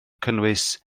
cynnwys